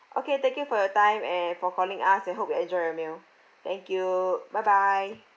okay thank you for your time and for calling us we hope you enjoy your meal thank you bye bye